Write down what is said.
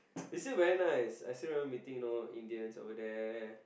it's still very nice I still remember meeting you know Indians over there